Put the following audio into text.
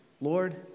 Lord